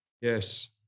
Yes